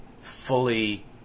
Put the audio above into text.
fully